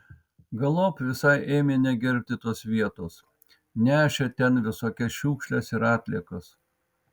galop visai ėmė negerbti tos vietos nešė ten visokias šiukšles ir atliekas